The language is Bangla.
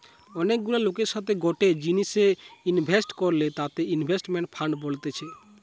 অনেক গুলা লোকের সাথে গটে জিনিসে ইনভেস্ট করলে তাকে ইনভেস্টমেন্ট ফান্ড বলতেছে